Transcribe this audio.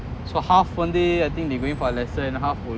so half வந்து:vanthu I think they going for lesson and half will